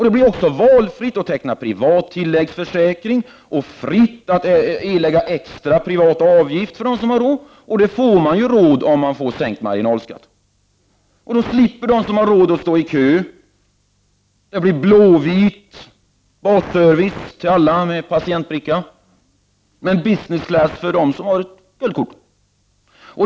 Det blir också valfritt att teckna privat tilläggsförsäkring och fritt att erlägga extra, privat avgift för dem som har råd. Och de får ju råd med sänkt marginalskatt. Då slipper de som har råd att stå i kö. Det blir blå-vit basservice till alla med patientbricka, men ”business class” för dem som har guldkort.